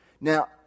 Now